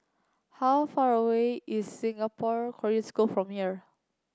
how far away is Singapore Korean School from here